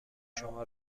شما